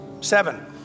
seven